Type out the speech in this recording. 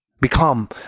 become